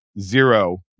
zero